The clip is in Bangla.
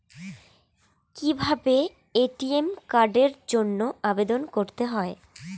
কিভাবে এ.টি.এম কার্ডের জন্য আবেদন করতে হয়?